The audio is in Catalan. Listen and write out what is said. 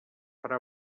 fra